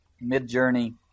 mid-journey